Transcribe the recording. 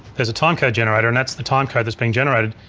there's a timecode generator and that's the timecode that's been generated.